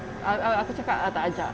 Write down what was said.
aku cakap tak ajak